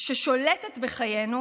ששולטת בחיינו,